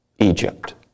Egypt